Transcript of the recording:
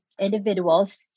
individuals